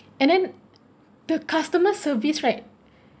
and then the customer service right